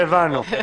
הבנו.